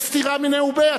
יש סתירה מיניה וביה.